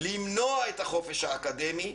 למנוע את החופש האקדמי,